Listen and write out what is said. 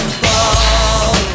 fall